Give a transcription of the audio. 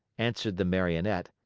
answered the marionette,